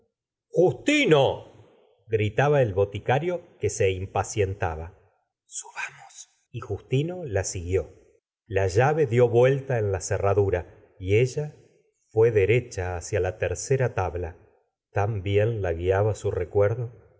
justino gritaba el boticario que se impacientaba subamos y justino la siguió la llave dió vuelta en la cerradura y ella fué derecha hacia la tercera tabla tan bien la guiaba su recuerdo